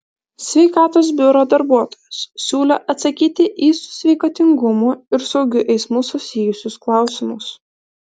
sveikatos biuro darbuotojos siūlė atsakyti į su sveikatingumu ir saugiu eismu susijusius klausimus